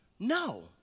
No